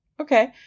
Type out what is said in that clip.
Okay